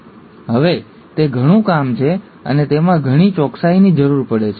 હવે તે ઘણું કામ છે અને તેમાં ઘણી ચોકસાઇની જરૂર પડે છે